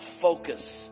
focus